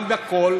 גם בכול.